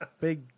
Big